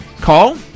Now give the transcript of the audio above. call